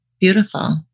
beautiful